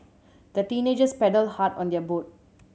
the teenagers paddled hard on their boat